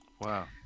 Wow